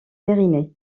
pyrénées